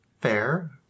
Fair